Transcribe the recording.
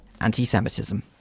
anti-Semitism